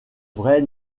vraie